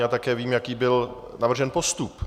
A také vím, jaký byl navržen postup.